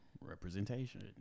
Representation